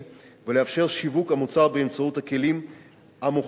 ולאפשר את שיווק המוצר באמצעות הכלים המוכרים,